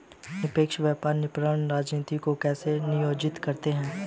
निष्पक्ष व्यापार विपणन रणनीतियों को कैसे नियोजित करते हैं?